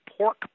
pork